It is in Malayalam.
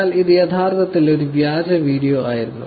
എന്നാൽ ഇത് യഥാർത്ഥത്തിൽ ഒരു വ്യാജ വീഡിയോ ആയിരുന്നു